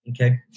Okay